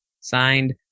Signed